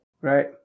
Right